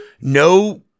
No